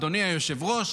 אדוני היושב-ראש,